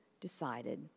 decided